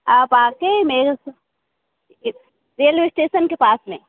आप आकर मेरे स रेलवे स्टेसन के पास में